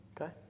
Okay